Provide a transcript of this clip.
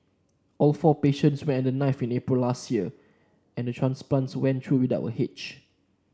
all four patients went under the knife in April last year and the transplants went through without a hitch